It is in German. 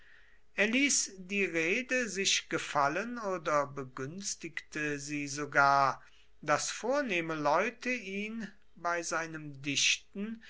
die rede sich gefallen oder begünstigte sie sogar daß vornehme leute ihn bei seinem dichten